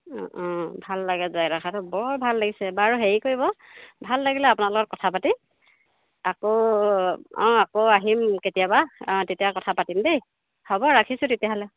অঁ অঁ ভাল লাগে জেগাডোখৰত বৰ ভাল লাগিছে বাৰু হেৰি কৰিব ভাল লাগিলে আপোনালোক কথা পাতি আকৌ অঁ আকৌ আহিম কেতিয়াবা অঁ তেতিয়া কথা পাতিম দেই হ'ব ৰাখিছোঁ তেতিয়াহ'লে